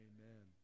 Amen